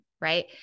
right